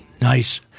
nice